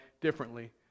differently